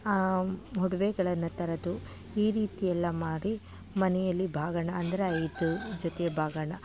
ಒಡ್ವೆಗಳನ್ನ ತರೋದು ಈ ರೀತಿಯೆಲ್ಲಾ ಮಾಡಿ ಮನೆಯಲ್ಲಿ ಬಾಗಿಣ ಅಂದರೆ ಐದು ಜೊತೆಯ ಬಾಗಿಣ